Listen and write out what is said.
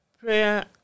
Prayer